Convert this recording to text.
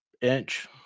inch